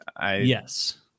Yes